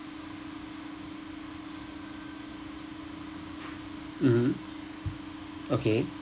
mmhmm okay